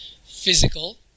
physical